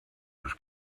was